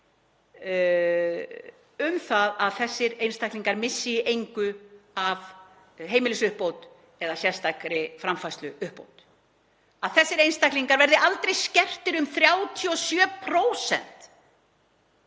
um það að þessir einstaklingar missi í engu af heimilisuppbót eða sérstakri framfærsluuppbót, að þessir einstaklingar verði aldrei skertir um 37%